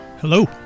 Hello